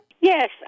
Yes